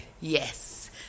Yes